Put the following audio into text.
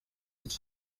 iki